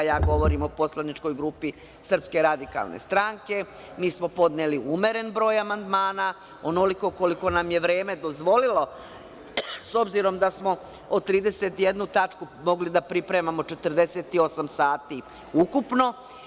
Ja govorim o poslaničkoj grupi SRS, mi smo podneli umeren broj amandmana, onoliko koliko nam je vreme dozvolilo, s obzirom da smo trideset jednu tačku mogli da pripremamo 48 sati ukupno.